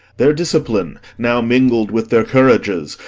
their discipline, now mingled with their courages,